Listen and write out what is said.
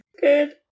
Good